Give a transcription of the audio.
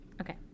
Okay